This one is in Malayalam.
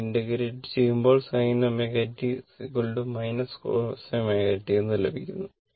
ഇതിനെ ഇന്റഗ്രേറ്റ് ചെയുമ്പോൾ sin ω t cos ω t എന്ന് ലഭിക്കുന്നു